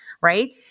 right